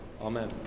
Amen